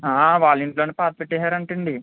వాళ్ళింట్లోనే పాతి పెట్టేసారంటండి